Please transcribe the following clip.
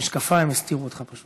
המשקפיים הסתירו אותך.